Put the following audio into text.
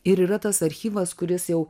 ir yra tas archyvas kuris jau